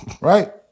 Right